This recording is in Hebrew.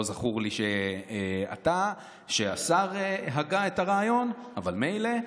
לא זכור לי שהשר הגה את הרעיון, אבל מילא.